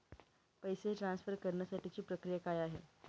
पैसे ट्रान्सफर करण्यासाठीची प्रक्रिया काय आहे?